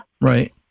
right